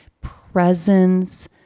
presence